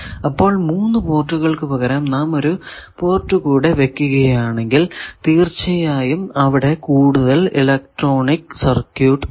അപ്പോൾ 3 പോർട്ടുകൾക്കു പകരം നാം ഒരു പോർട്ട് കൂടെ വയ്ക്കുകയാണെങ്കിൽ തീർച്ചയായും അവിടെ കൂടുതൽ ഇലക്ട്രോണിക് സർക്യൂട് ഉണ്ട്